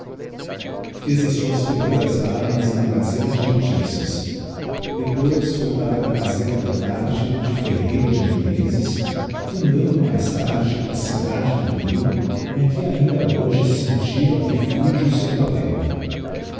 fez as suas primeiras armas na gaaeta de noticias depois foi para a gaaeta da tarde de ferreira de menezes fundando mais tarde a cidade do rio em que ainda hoje scintilla e fulge o seu talento